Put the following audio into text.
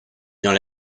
dans